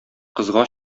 кызга